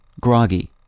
groggy